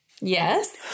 Yes